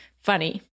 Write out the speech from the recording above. Funny